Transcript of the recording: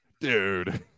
dude